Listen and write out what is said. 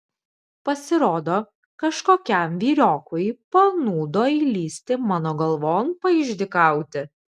pasirodo kažkokiam vyriokui panūdo įlįsti mano galvon paišdykauti